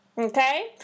Okay